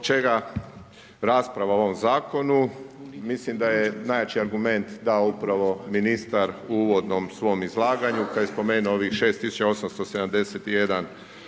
čega rasprava o ovom zakonu, mislim da je najjači argument dao upravo ministar u uvodnom svom izlaganju kada je spomenuo ovih 6871